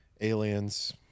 aliens